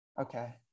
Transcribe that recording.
Okay